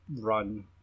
run